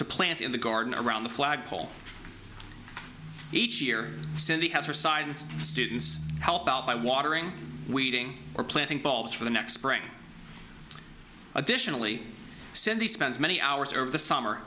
to plant in the garden around the flagpole each year cindy has her science students help out by watering weeding or planting bulbs for the next spring additionally cindy spends many hours over the summer